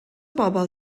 bobl